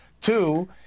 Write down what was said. Two